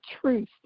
truth